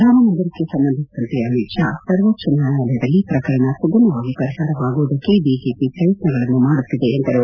ರಾಮಮಂದಿರಕ್ಕೆ ಸಂಬಂಧಿಸಿದಂತೆ ಅಮಿತ್ ಷಾ ಸರ್ವೋಚ್ವ ನ್ಯಾಯಾಲಯದಲ್ಲಿ ಪ್ರಕರಣ ಸುಗಮವಾಗಿ ಪರಿಹಾರವಾಗುವುದಕ್ಕೆ ಬಿಜೆಪಿ ಪ್ರಯತ್ನಗಳನ್ನು ಮಾಡುತ್ತಿದೆ ಎಂದರು